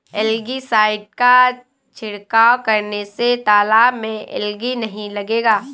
algae side का छिड़काव करने से तालाब में एलगी नहीं लगेगा